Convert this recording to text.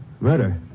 Murder